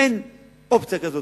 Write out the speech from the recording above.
אין אופציה כזו.